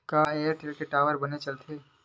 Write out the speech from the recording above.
का एयरटेल के टावर बने चलथे?